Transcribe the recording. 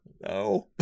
No